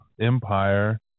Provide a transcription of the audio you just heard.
Empire